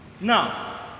Now